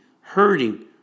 hurting